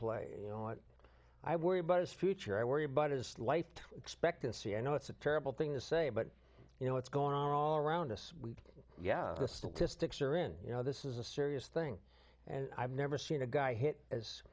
play you know what i worry about his future i worry about his life expectancy i know it's a terrible thing to say but you know it's going on all around us yeah the statistics are in you know this is a serious thing and i've never seen a guy hit as